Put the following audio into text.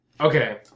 Okay